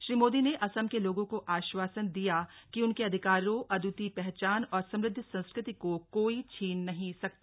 श्री मोदी ने असम के लोगों को आश्वासन दिया कि उनके अधिकारों अद्वितीय पहचान और समृद्ध संस्कृति को कोई छीन नहीं सकता